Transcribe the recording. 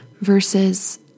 versus